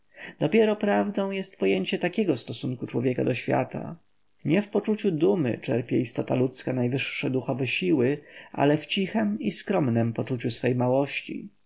dopiero prawdą jest pojęcie takiego stosunku człowieka do świata nie w poczuciu dumy czerpie istota ludzka najwyższe duchowe siły ale w cichem i skromnem poczuciu swej małości